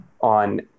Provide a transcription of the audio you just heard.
on